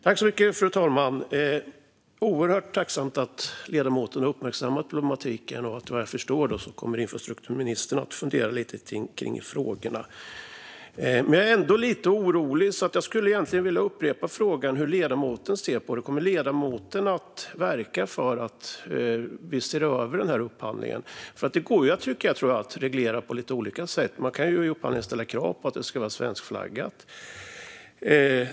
Fru talman! Det är oerhört välkommet att ledamoten har uppmärksammat problematiken och att - vad jag förstår - infrastrukturministern kommer att fundera lite kring frågorna. Men jag är ändå lite orolig, så jag skulle vilja upprepa frågan hur ledamoten ser på det. Kommer ledamoten att verka för att vi ser över upphandlingen? Det går ju att reglera på lite olika sätt. Man kan ju i upphandlingen ställa krav på att det ska vara svenskflaggat.